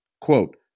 Quote